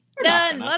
done